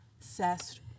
obsessed